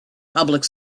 public